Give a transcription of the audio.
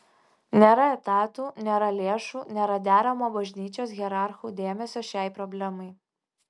nėra etatų nėra lėšų nėra deramo bažnyčios hierarchų dėmesio šiai problemai